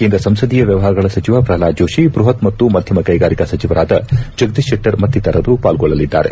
ಕೇಂದ್ರ ಸಂಸದೀಯ ವ್ಲವಹಾರಗಳ ಸಚಿವ ಪ್ರಹ್ನಾದ ಜೋತಿ ಬ್ಲಹತ್ ಮತ್ತು ಮಧ್ಯಮ ಕೈಗಾರಿಕ ಸಚಿವರಾದ ಜಗದೀಶ್ ಶೆಟ್ಲರ್ ಮತ್ತಿತರರು ಪಾಲ್ಗೊಳ್ಳಲಿದ್ದಾರೆ